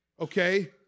okay